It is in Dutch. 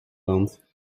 land